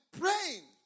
praying